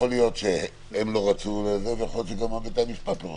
יכול להיות שהם לא רצו ויכול להיות שגם בתי המשפט לא רוצים.